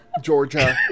Georgia